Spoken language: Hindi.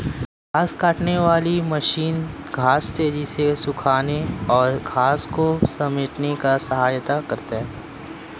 घांस काटने वाली मशीन घांस तेज़ी से सूखाने और घांस को समेटने में सहायता करता है